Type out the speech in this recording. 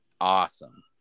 awesome